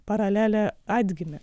paralelė atgimė